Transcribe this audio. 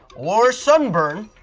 or sunburn,